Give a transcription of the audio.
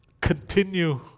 continue